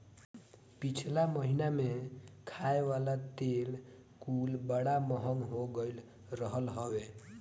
पिछला महिना में खाए वाला तेल कुल बड़ा महंग हो गईल रहल हवे